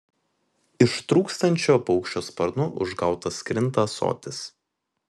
ištrūkstančio paukščio sparnu užgautas krinta ąsotis